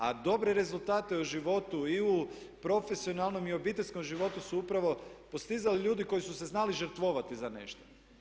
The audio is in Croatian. A dobre rezultate u životu i u profesionalnom i obiteljskom životu su upravo postizali ljudi koji su se znali žrtvovati za nešto.